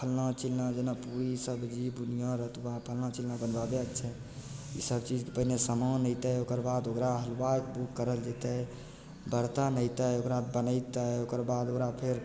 फल्लाँ चिल्लाँ जेना पूड़ी सबजी बुनिआँ रतुआ फल्लाँ चिल्लाँ बनाबैके छै ईसब चीज पहिले समान अएतै ओकरबाद ओकरा हलुआइ बुक करल जएतै बरतन अएतै ओकरा बनेतै ओकरबाद ओकरा फेर